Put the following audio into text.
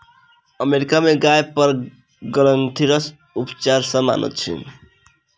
America में गाय पर ग्रंथिरस उपचार सामन्य अछि